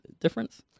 difference